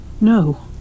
No